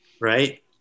right